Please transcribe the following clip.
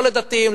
לא לדתיים,